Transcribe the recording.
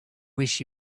wish